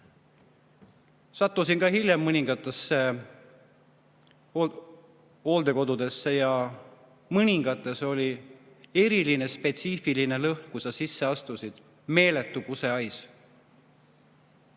Sattusin ka hiljem mõningatesse hooldekodudesse ja mõningates oli eriline spetsiifiline lõhn, kui sa sisse astusid. Meeletu kusehais.